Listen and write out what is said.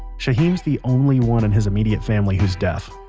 shaheem's the only one in his immediate family who's deaf,